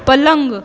पलंग